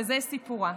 וזה סיפורה: